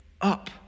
up